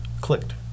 clicked